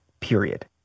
period